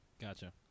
gotcha